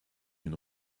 une